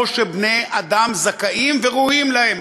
כמו שבני-אדם זכאים וראויים להם.